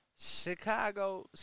Chicago